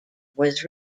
was